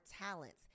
talents